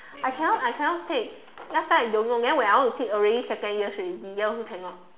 I cannot I cannot take last time I don't know then when I want to take already second years already then also cannot